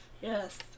Yes